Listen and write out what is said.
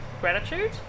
gratitude